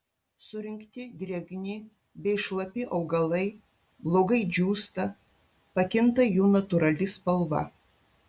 surinkti drėgni bei šlapi augalai blogai džiūsta pakinta jų natūrali spalva